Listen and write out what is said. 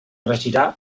regirà